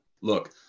Look